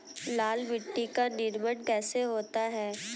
लाल मिट्टी का निर्माण कैसे होता है?